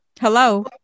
Hello